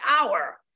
hour